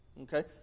okay